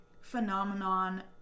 phenomenon